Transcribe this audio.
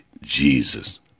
Jesus